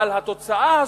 אבל התוצאה הסופית,